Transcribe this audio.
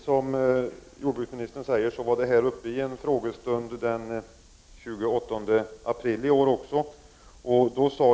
Som jordbruksministern mycket riktigt säger var denna fråga uppe i en frågestund den 28 april i år.